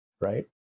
right